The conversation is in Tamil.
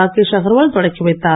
ராகேஷ் அகர்வால் தொடக்கிவைத்தார்